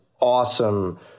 awesome